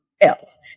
else